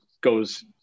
goes –